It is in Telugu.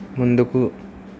ముందుకు